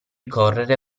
correre